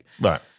Right